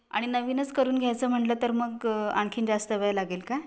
आणि नवीनच करून घ्यायचं म्हटलं तर मग आणखीन जास्त वेळ लागेल का